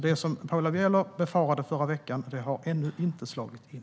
Det Paula Bieler befarade förra veckan har ännu inte slagit in.